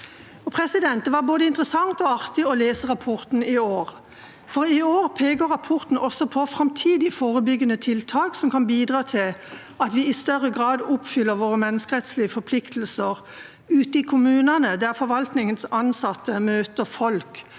rapport. Det var både interessant og artig å lese rapporten i år, for i år peker rapporten også på framtidige forebyggende tiltak som kan bidra til at vi i større grad oppfyller våre menneskerettslige forpliktelser i praksis ute i kommunene, der forvaltningens ansatte møter folk.